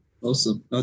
awesome